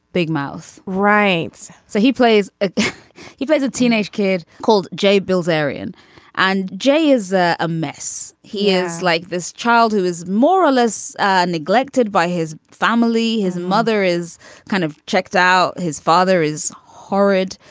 big mouth. right. so he plays he plays a teenage kid called jay bills erin and jay is ah a mess. he is like this child who is more or less and neglected by his family his mother is kind of checked out. his father is horrid.